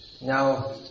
now